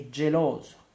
geloso